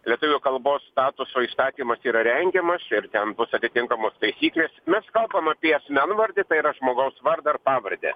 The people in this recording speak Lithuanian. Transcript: lietuvių kalbos statuso įstatymas yra rengiamas ir ten bus atitinkamos taisyklės mes kalbam apie asmenvardį tai yra žmogaus vardą ir pavardę